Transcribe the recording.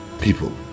people